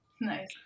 Nice